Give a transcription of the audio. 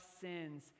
sins